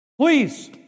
Please